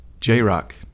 J-Rock